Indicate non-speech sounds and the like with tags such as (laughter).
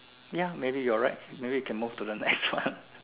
ya maybe you are right maybe you can move the next one (laughs)